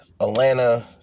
Atlanta